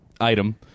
item